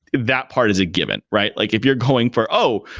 that part is a given, right? like if you're going for, oh!